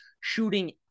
shooting